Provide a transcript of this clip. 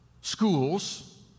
schools